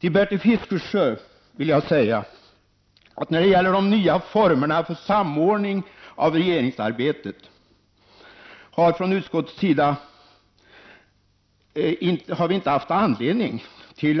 Till Bertil Fiskesjö vill jag säga att vi när det gäller de nya formerna för samordning av regeringsarbetet inte har haft anledning